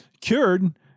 cured